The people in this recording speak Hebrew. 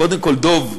קודם כול, דב,